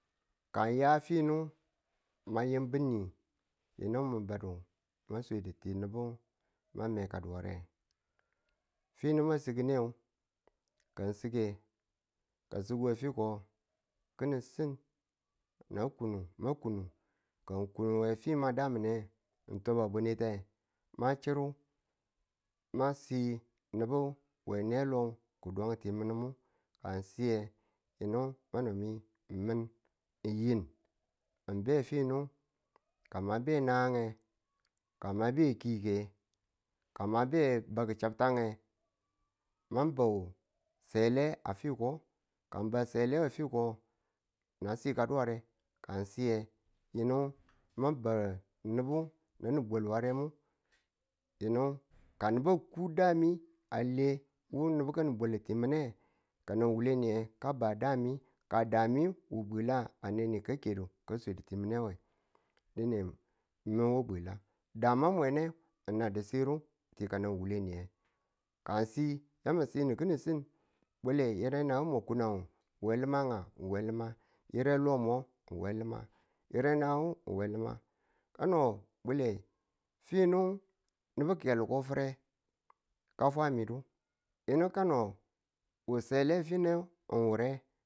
ka in ya finu ma yimbi ni yinu badu mwa swedu ti nubu na mekadu ware, finu na sigdu nge ka ng sigge, ni̱ni si ma kunu ka ng kun we fi ma daminu ng twababunite, ma churu ma si nubu we ne lo kudun ti mi̱nu ka ng si ye, kano mi min ng yin ng be finu kama be nagang nge ka mabe kke ka ma be bakku chabtu ge ma bwa cele a fiko ka ng ba sele we fiko na sikadu ware ka ng si yin u ma ba nubu mai̱ bwalu ware ye yinu ka nubu a ku dami a le wu nubu ka nin bwalu ti minage ka nan wule niyu ka ba dami ka dami wu bwila nge a ne ni ka kedu ka swedu ti mi̱nang we dine mwan wubila dama mwan ne na disire nan ti ka wule niye ka yamu sinu ki̱nin si mi bwale yire nang mwa kunnang we li̱mang nga, we li̱ma yire kan mwa kune we lume yire nagangu we lume kano bwale fino nubu ki̱yalu ko fire kwafa yinu kano wusele finu nwure?